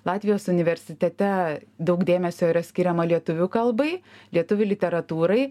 latvijos universitete daug dėmesio yra skiriama lietuvių kalbai lietuvių literatūrai